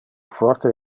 forte